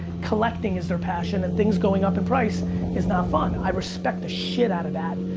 collecting is their passion and things going up in price is not fun. i respect the shit out of that.